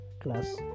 class